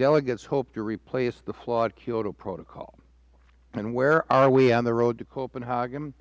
delegates hope to replace the flawed kyoto protocol and where are we on the road to copenhagen